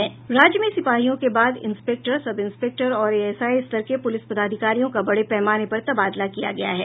राज्य में सिपाहियों के बाद इंस्पेक्टर सब इंस्पेक्टर और एएसआई स्तर के पूलिस पदाधिकारियों का बड़े पैमाने पर तबादला किया गया है